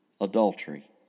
Adultery